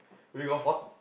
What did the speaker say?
we got four